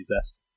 zest